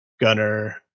Gunner